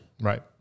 Right